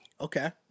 Okay